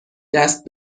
دست